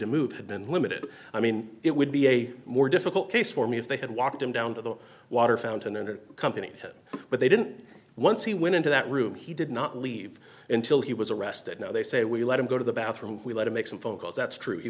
to move had been limited i mean it would be a more difficult case for me if they had walked him down to the water fountain or company but they didn't once he went into that room he did not leave until he was arrested no they say we let him go to the bathroom we let him make some phone calls that's true he